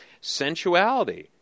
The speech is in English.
sensuality